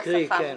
תקריאי, כן.